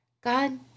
God